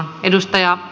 arvoisa puhemies